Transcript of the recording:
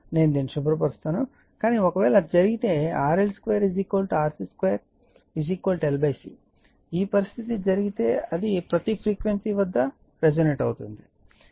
నేను దానిని శుభ్రపరుస్తాను కానీ ఒకవేళ అది జరిగితే RL2 RC2 L C ఈ పరిస్థితి జరిగితే అది ప్రతి ఫ్రీక్వెన్సీ వద్ద రెసొనేట్ అవుతుంది